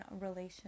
relation